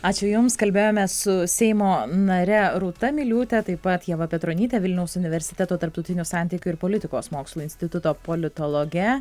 ačiū jum kalbėjome su seimo nare rūta miliūte taip pat ieva petronyte vilniaus universiteto tarptautinių santykių ir politikos mokslų instituto politologe